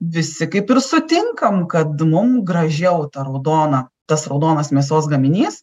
visi kaip ir sutinkam kad mum gražiau ta raudona tas raudonas mėsos gaminys